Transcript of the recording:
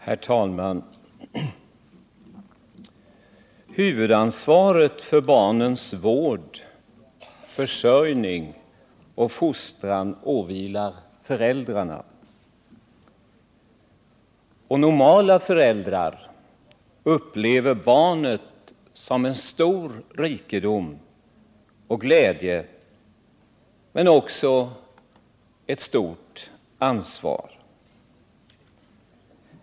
Herr talman! Huvudansvaret för barnens vård, försörjning och fostran åvilar föräldrarna. Normala föräldrar upplever barnet som en stor rikedom och glädje men också som ett stort ansvar.